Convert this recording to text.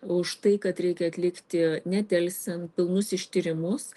už tai kad reikia atlikti nedelsiant pilnus ištyrimus